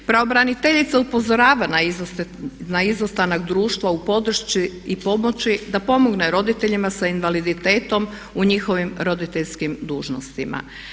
Pravobraniteljica upozorava na izostanak društva u području i pomoći da pomogne roditeljima sa invaliditetom u njihovim roditeljskim dužnostima.